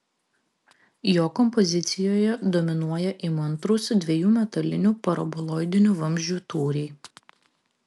jo kompozicijoje dominuoja įmantrūs dviejų metalinių paraboloidinių vamzdžių tūriai